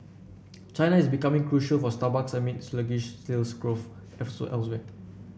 China is becoming crucial for Starbucks amid sluggish sales growth elsewhere